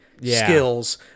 skills